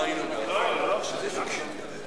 סעיף 1,